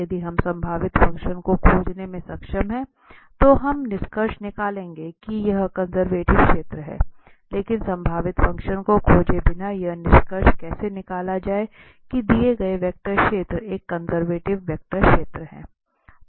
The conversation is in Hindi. यदि हम संभावित फ़ंक्शन को खोजने में सक्षम हैं तो हम निष्कर्ष निकालेंगे कि यह कंजर्वेटिव क्षेत्र है लेकिन संभावित फ़ंक्शन को खोजे बिना यह निष्कर्ष कैसे निकाला जाए कि दिए गए वेक्टर क्षेत्र एक कंजर्वेटिव वेक्टर क्षेत्र है